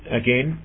again